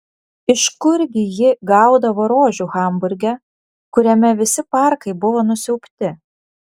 iš kurgi ji gaudavo rožių hamburge kuriame visi parkai buvo nusiaubti